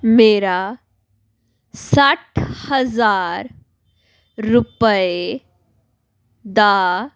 ਮੇਰਾ ਸੱਠ ਹਜ਼ਾਰ ਰੁਪਏ ਦਾ